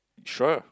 sure